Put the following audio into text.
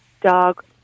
dog